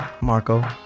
Marco